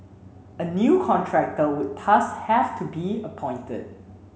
a new contractor would thus have to be appointed